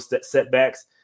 setbacks